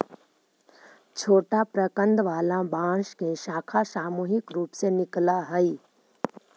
छोटा प्रकन्द वाला बांस के शाखा सामूहिक रूप से निकलऽ हई